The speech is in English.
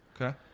Okay